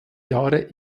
jahre